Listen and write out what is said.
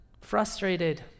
frustrated